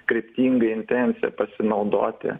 kryptinga intencija pasinaudoti